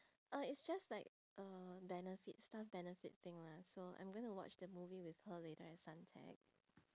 uh it's just like uh benefits staff benefit thing lah so I'm going to watch the movie with her later at suntec